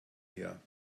her